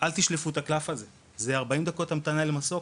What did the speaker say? אל תשלפו את הקלף הזה, זה 40 דקות המתנה למסוק,